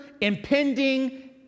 impending